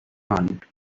hunt